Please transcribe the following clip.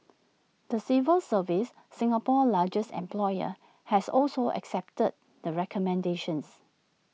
the civil service Singapore's largest employer has also accepted the recommendations